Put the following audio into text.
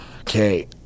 Okay